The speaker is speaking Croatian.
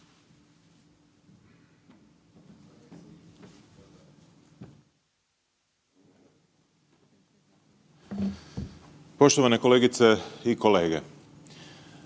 poštovane kolegice i kolege.